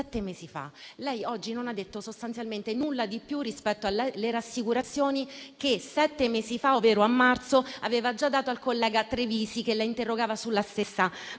sette mesi fa, ma lei oggi non ha detto sostanzialmente nulla di più rispetto alle rassicurazioni che sette mesi fa, ovvero nel marzo scorso, aveva già dato al collega Trevisi, che la interrogava sulla stessa